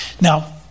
Now